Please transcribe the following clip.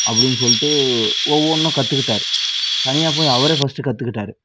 அப்படின்னு சொல்லிட்டு ஒவ்வொன்றும் கற்றுக்கிட்டாரு தனியாக போய் அவரே ஃபஸ்ட்டு கற்றுக்கிட்டாரு